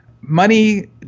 Money